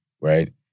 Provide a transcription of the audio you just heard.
right